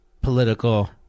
political